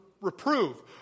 reprove